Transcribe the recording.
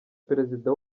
perezida